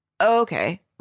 okay